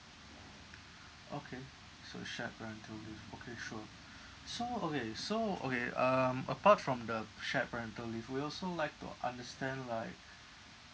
okay so shared parental leave okay sure so okay so okay um apart from the shared parental leave we also like to understand like